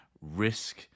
risk